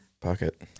pocket